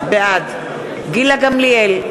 בעד גילה גמליאל,